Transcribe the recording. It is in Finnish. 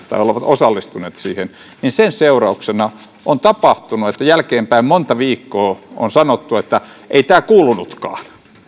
osallistuneet ja sen seurauksena on tapahtunut että monta viikkoa jälkeenpäin on sanottu että ei tämä kuulunutkaan